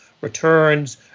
returns